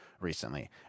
recently